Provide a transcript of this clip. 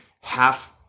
half